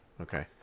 Okay